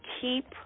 keep